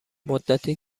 مدتی